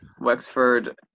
Wexford